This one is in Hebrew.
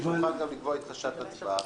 אני מוכן גם לקבוע שעת הצבעה.